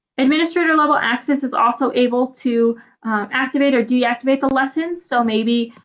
administrator level access is also able to activate or deactivate the lessons. so maybe